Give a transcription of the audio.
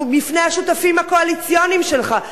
בפני השותפים הקואליציוניים שלך,